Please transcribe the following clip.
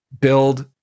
build